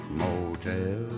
motel